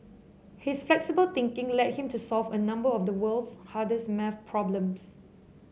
his flexible thinking led him to solve a number of the world's hardest maths problems